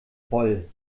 voll